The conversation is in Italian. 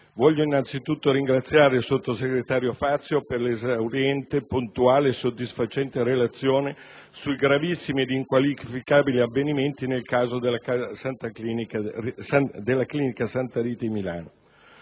voglio innanzitutto ringraziare il sottosegretario Fazio per l'esauriente, puntuale e soddisfacente relazione sui gravissimi e inqualificabili avvenimenti nel caso della clinica Santa Rita di Milano.